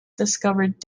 discovered